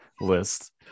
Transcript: list